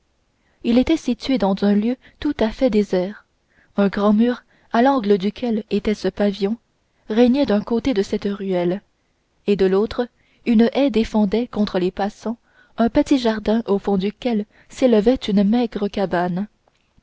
il était situé dans un lieu tout à fait désert un grand mur à l'angle duquel était ce pavillon régnait d'un côté de cette ruelle et de l'autre une haie défendait contre les passants un petit jardin au fond duquel s'élevait une maigre cabane